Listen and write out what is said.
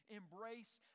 embrace